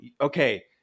okay